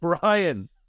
Brian